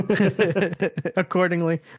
accordingly